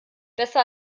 besser